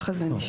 ככה זה נשמע.